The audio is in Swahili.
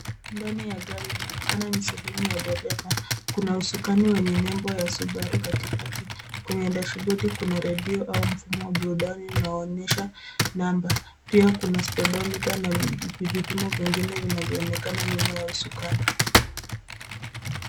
Ndani ya gari inayoonekana ni sehemu ya dereva. Kuna usukani wenye nebo ya subaru katikati. Kwenye dashibodi kuna redio au mfumo wa burudani unaoonyesha namba. Pia kuna speedometer na vipimo vingine vinavyoonekana nyuma ya usukani.